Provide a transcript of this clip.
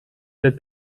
der